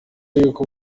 yuko